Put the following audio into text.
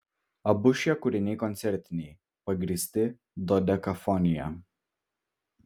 abu šie kūriniai koncertiniai pagrįsti dodekafonija